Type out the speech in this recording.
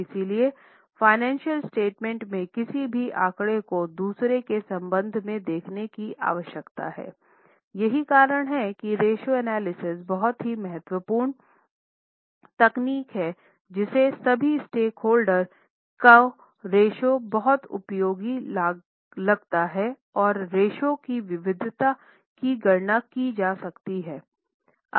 इसलिए financial statement में किसी भी आंकड़े को दूसरों के संबंध में देखने की आवश्यकता है यही कारण है कि रेश्यो एनालिसिस बहुत ही महत्वपूर्ण तकनीक है जिसे सभी स्टेकहोल्डर को रेश्यो बहुत उपयोगी लगता है और रेश्यो की विविधता की गणना की जा सकती है